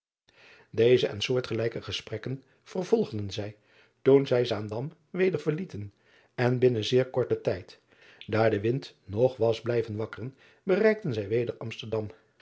eze en soortgelijke gesprekken vervolgden zij toen zij aandam weder verlieten en binnen zeer korten tijd daar de wind nog was blijven wakkeren bereikten zij weder msterdam